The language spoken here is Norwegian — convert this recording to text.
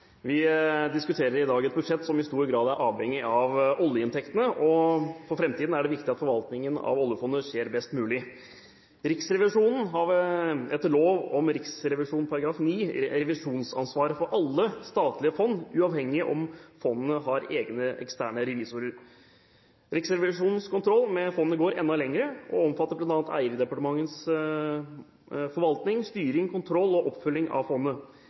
Vi diskuterer i dag et budsjett som i stor grad er avhengig av oljeinntektene, og for framtiden er det viktig at forvaltningen av oljefondet skjer best mulig. Riksrevisjonen har etter lov om riksrevisjon, § 9, revisjonsansvaret for alle statlige fond, uavhengig av om fondene har egne eksterne revisorer. Riksrevisjonens kontroll med fondene går enda lenger, og omfatter bl.a. eierdepartementets forvaltning, styring, kontroll og oppfølging av